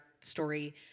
story